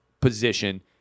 position